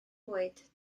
bwyd